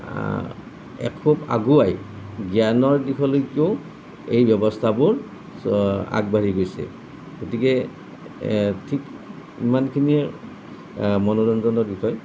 এখোপ আগুৱাই জ্ঞানৰ দিশলৈকেও এই ব্যৱস্থাবোৰ আগবাঢ়ি গৈছে গতিকে ঠিক ইমানখিনিয়ে মনোৰঞ্জনৰ বিষয়